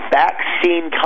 vaccine